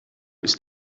ist